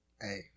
hey